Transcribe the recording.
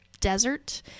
desert